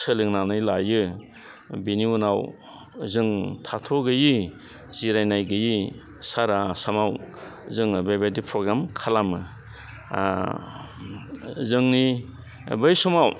सोलोंनानै लायो बिनि उनाव जों थाथ'गोयि जिरायनाय गोयि सारा आसामाव जोङो बेबायदि प्रग्राम खालामो जोंनि बै समाव